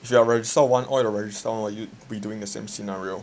if you are register one all the register one will be doing the same scenario